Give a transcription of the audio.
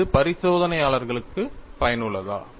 இது பரிசோதனையாளர்களுக்கு பயனுள்ளதா